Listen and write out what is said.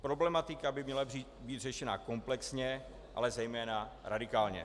Problematika by měla být řešena komplexně, ale zejména radikálně.